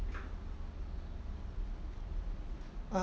um~